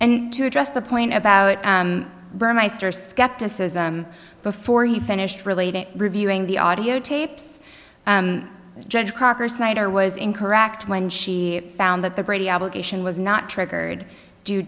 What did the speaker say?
address the point about burmeister skepticism before he finished relating reviewing the audiotapes judge crocker snyder was incorrect when she found that the brady obligation was not triggered due